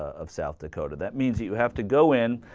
of south dakota that means you have to go in